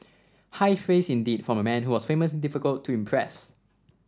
high praise indeed from a man who was famously difficult to impress